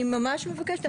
אני ממש מבקשת.